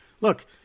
look